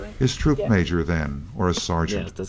his troop major, then, or a sergeant?